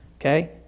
okay